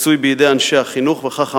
מצוי בידי אנשי החינוך, וכך אמר: